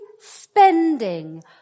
spending